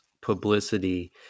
publicity